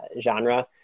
genre